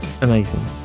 Amazing